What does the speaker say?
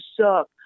suck